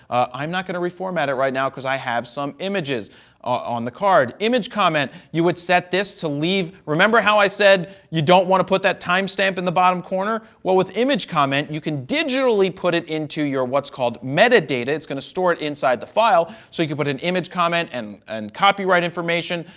i'm not going to reformat it right now because i have some images on the card. image comment, you would set this to leave. remember how i said you don't want to put that time stamp in the bottom corner. well, with image comment, you can digitally put it into your, what's called, metadata. it's going to store it inside the file, so you can put an image comment and and copyright information.